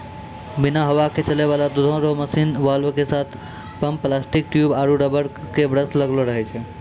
बिना हवा के चलै वाला दुधो रो मशीन मे वाल्व के साथ पम्प प्लास्टिक ट्यूब आरु रबर के ब्रस लगलो रहै छै